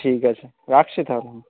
ঠিক আছে রাখছি তাহলে